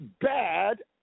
bad